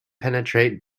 penetrate